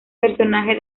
personaje